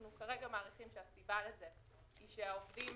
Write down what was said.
אנחנו כרגע מעריכים שהסיבה לזה היא שהעובדים